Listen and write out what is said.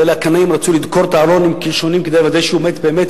ואלה הקנאים רצו לדקור את הארון עם קלשונים כדי לוודא שהוא מת באמת,